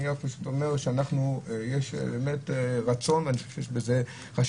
אני אומר שיש רצון ואני חושב שיש בזה חשיבות,